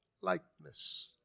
likeness